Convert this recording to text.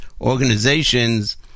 organizations